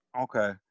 Okay